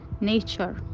nature